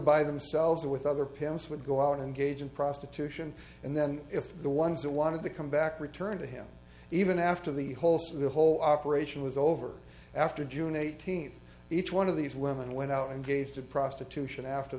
by themselves or with other parents would go out and gauge and prostitution and then if the ones that wanted to come back returned to him even after the holster the whole operation was over after june a eighteen each one of these women went out and gave to prostitution after